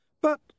But